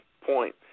point